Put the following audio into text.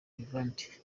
vivante